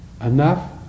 Enough